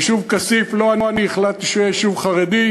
היישוב כסיף, לא אני החלטתי שהוא יהיה יישוב חרדי,